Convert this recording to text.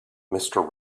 mister